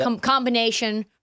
combination